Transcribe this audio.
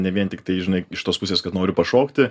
ne vien tiktai žinai iš tos pusės kad nori pašokti